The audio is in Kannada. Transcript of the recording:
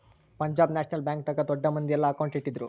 ಪಂಜಾಬ್ ನ್ಯಾಷನಲ್ ಬ್ಯಾಂಕ್ ದಾಗ ದೊಡ್ಡ ಮಂದಿ ಯೆಲ್ಲ ಅಕೌಂಟ್ ಇಟ್ಟಿದ್ರು